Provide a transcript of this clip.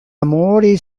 amori